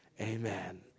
Amen